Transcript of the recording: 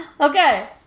Okay